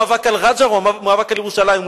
המאבק על רג'ר הוא המאבק על ירושלים,